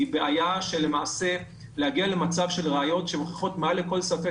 היא להגיע למצב של ראיות שמוכיחות מעל לכל ספק